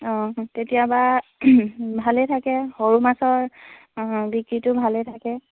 অঁ কেতিয়াবা ভালেই থাকে সৰু মাছৰ বিক্ৰীটো ভালেই থাকে